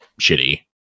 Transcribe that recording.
shitty